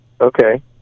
Okay